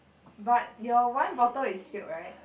but your one bottle is steel right